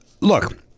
look